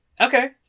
Okay